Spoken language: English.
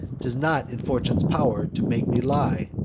t is not in fortune's pow'r to make me lie.